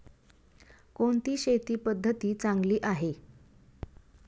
कोणती शेती पद्धती चांगली आहे?